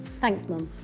thanks, mom.